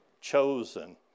chosen